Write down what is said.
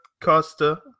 Costa